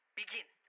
begin